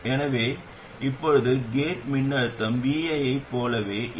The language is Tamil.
எனவே இப்போது கேட் மின்னழுத்தம் vi ஐப் போலவே இல்லை